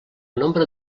nombre